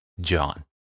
John